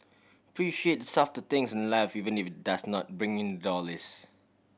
appreciate the softer things in life even if it does not bring in dollars